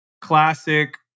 classic